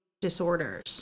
disorders